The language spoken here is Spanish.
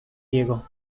diego